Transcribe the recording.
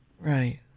Right